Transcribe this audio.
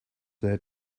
there